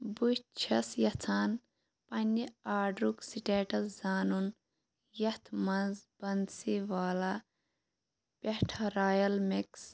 بہٕ چھَس یژھان پنٕنہِ آرڈرُک سِٹیٚٹس زانُن یتھ مَنٛز بنسی والا پٮ۪ٹھ رایل مِکٕس